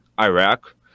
Iraq